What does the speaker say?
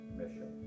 mission